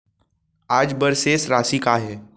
आज बर शेष राशि का हे?